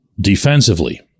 defensively